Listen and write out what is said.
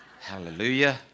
Hallelujah